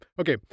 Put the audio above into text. okay